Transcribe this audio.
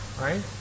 right